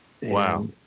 Wow